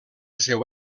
seu